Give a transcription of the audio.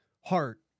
heart